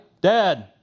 Dad